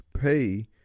pay